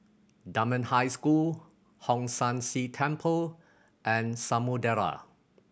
Dunman High School Hong San See Temple and Samudera